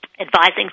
Advising